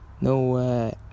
no